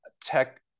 tech